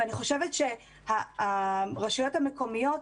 ואני חושבת שהרשויות המקומיות,